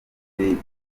bitigeze